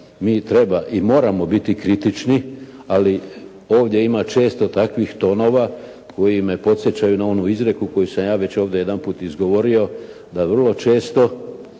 mi trebamo biti kritične ali ovdje ima često takvih tonova koji me podsjećaju na onu izreku koju sam ja ovdje već jedanput izgovorio da vrlo često